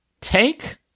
Take